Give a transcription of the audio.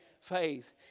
faith